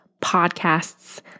podcasts